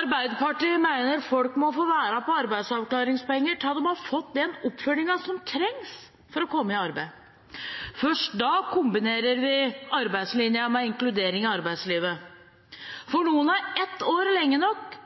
Arbeiderpartiet mener at folk må få være på arbeidsavklaringspenger til de har fått den oppfølgingen som trengs for å komme i arbeid. Først da kombinerer vi arbeidslinjen med inkludering i arbeidslivet. For noen er ett år lenge nok,